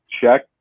Check